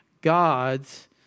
God's